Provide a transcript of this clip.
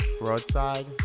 Broadside